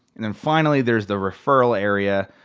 and then finally there's the referral area,